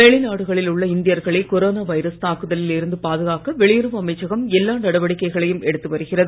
வெளிநாடுகளில் உள்ள இந்தியர்களை கொரோனா வைரஸ் தாக்குதலில் இருந்து பாதுகாக்க வெளியுறவு அமைச்சகம் எல்லா நடவடிக்கைகளையும் எடுத்து வருகிறது